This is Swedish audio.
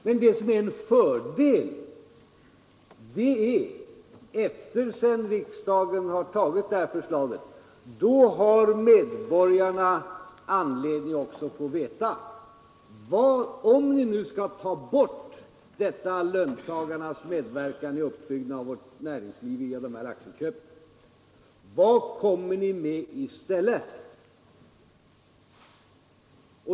Men fördelen med detta förfarande är att sedan riksdagen antagit förslaget har medborgarna anledning att också få veta — om ni nu skall ta bort denna löntagarnas medverkan i uppbyggnaden av vårt näringsliv genom de här aktieköpen — vad ni kommer med i stället.